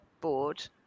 board